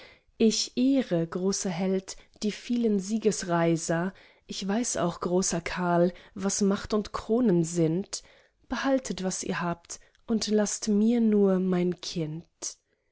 ich ehre großer held die vielen siegesreiser ich weiß auch großer karl was macht und kronen sind behaltet was ihr habt und laßt mir nur mein kind